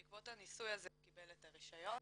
בעקבות הניסוי הזה הוא קיבל את הרישיון,